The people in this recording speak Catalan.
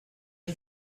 els